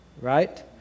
Right